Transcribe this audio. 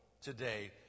today